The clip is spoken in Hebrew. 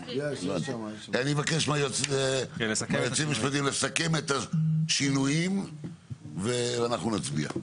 אני מבקש מהיועצים המשפטיים לסכם את השינויים ואז נצביע.